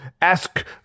ask